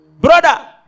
Brother